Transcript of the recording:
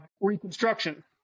reconstruction